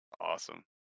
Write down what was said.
Awesome